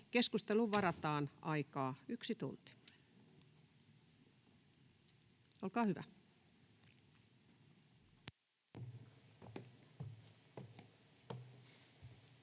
Keskusteluun varataan aikaa yksi tunti. — Olkaa hyvä.